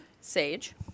Sage